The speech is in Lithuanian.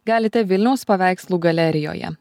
galite vilniaus paveikslų galerijoje